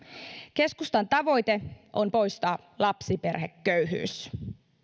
keskustan tavoite on poistaa lapsiperheköyhyys